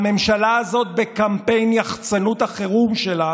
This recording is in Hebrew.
שמחנו לדעת שזה פָּרִיטֶטִי,